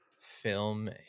film